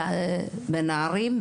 בנערים,